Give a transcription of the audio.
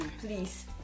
please